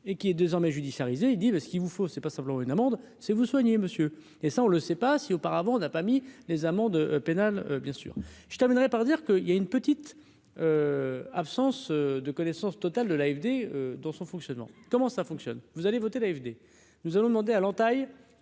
et qui est désormais, il dit ce qu'il vous faut c'est pas simplement une amende c'est vous soignez monsieur, et ça on le sait, pas si auparavant on n'a pas mis les amendes pénales, bien sûr, je terminerai par dire que il y a une petite absence de connaissances totale de l'AFD dans son fonctionnement, comment ça fonctionne, vous allez voter l'AFD, nous allons demander à l'entaille